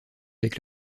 avec